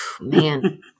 Man